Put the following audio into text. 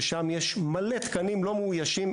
ששם יש המון תקנים לא מאוישים,